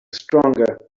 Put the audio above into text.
stronger